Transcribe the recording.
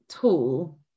tool